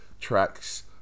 tracks